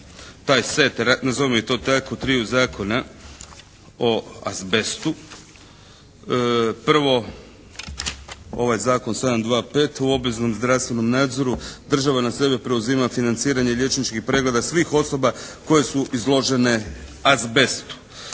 taj set nazovimo to tako, triju zakona o azbestu. Prvo ovaj zakon 725 o obveznom zdravstvenom nadzoru država na sebe preuzima financiranje liječničkih pregleda svih osoba koje su izložene azbestu.